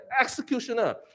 executioner